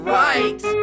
right